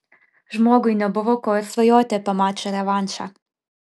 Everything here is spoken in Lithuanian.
žmogui nebuvo ko ir svajoti apie mačą revanšą